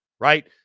right